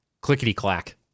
clickety-clack